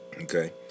Okay